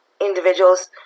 individuals